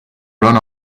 run